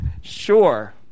Sure